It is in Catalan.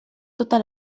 tota